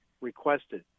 requested